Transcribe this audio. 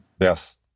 Yes